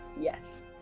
Yes